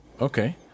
Okay